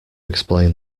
explain